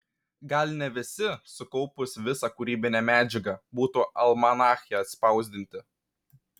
gal ne visi sukaupus visą kūrybinę medžiagą būtų almanache atspausdinti